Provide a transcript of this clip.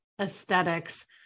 aesthetics